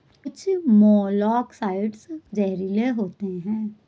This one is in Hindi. कुछ मोलॉक्साइड्स जहरीले होते हैं